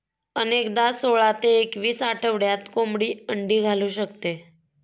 अनेकदा सोळा ते एकवीस आठवड्यात कोंबडी अंडी घालू शकते